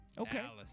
okay